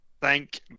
thank